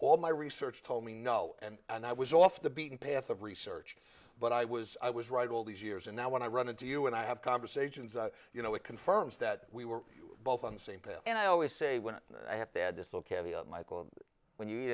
all my research told me no and and i was off the beaten path of research but i was i was right all these years and now when i run into you and i have conversations you know it confirms that we were both on the same page and i always say when i have to add this look at michael when you eat